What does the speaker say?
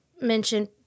mentioned